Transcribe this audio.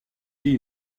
tea